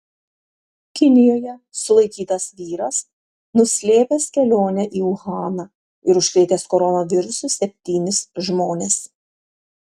kinijoje sulaikytas vyras nuslėpęs kelionę į uhaną ir užkrėtęs koronavirusu septynis žmones